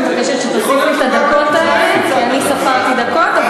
אני רק מבקשת שתוסיף לי את הדקות האלה כי ספרתי דקות.